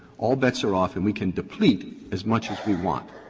all bets are off and we can deplete as much as we want.